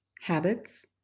habits